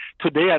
today